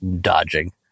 dodging